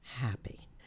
happy